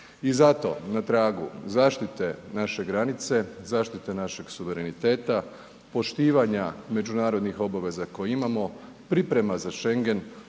I zato na tragu zaštite naše granice, zaštite našeg suvereniteta, poštivanja međunarodnih obaveza koje imamo, priprema za Schengen,